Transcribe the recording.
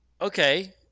Okay